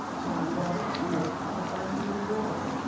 rather made for the dining room door.